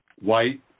white